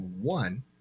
one